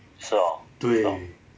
对